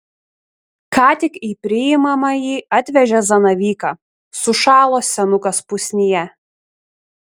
ką tik į priimamąjį atvežė zanavyką sušalo senukas pusnyje